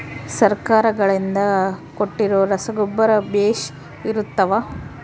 ಸರ್ಕಾರಗಳಿಂದ ಕೊಟ್ಟಿರೊ ರಸಗೊಬ್ಬರ ಬೇಷ್ ಇರುತ್ತವಾ?